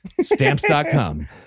Stamps.com